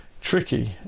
tricky